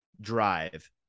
drive